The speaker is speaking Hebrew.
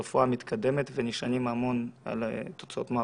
הרפואה מתקדמת ונשענים המון על תוצאות מעבדות.